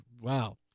wow